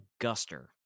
Guster